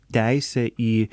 teisę į